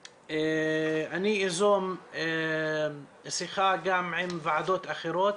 אני איזום שיחה גם עם ועדות אחרות